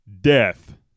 Death